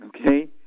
Okay